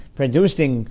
producing